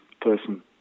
person